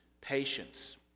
patience